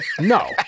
no